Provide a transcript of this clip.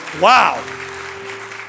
wow